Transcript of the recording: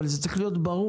אבל זה צריך להיות ברור.